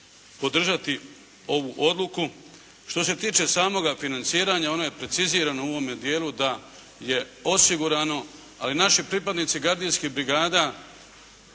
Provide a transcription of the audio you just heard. podržati ovu odluku. Što se tiče samoga financiranja ono je precizirano u ovome dijelu da je osigurano, ali naši pripadnici gardijskih brigada